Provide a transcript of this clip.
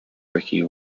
ricky